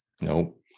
Nope